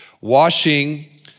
washing